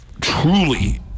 truly